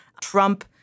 Trump